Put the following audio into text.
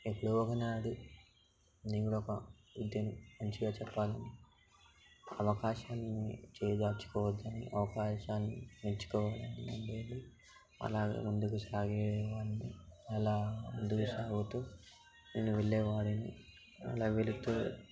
ఎప్పుడో ఒక నాడు నేను కూడా ఒక విద్యను మంచిగా చెప్పాలి అవకాశన్నీ చేజార్చుకోవద్దని అవకాశన్నీ పెంచుకోవాలని ఉండేది అలాగ ముందుకు సాగేవాడిని అలా ముందుకు సాగుతూ నేను వెళ్ళేవాడిని అలా వెళుతూ